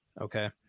Okay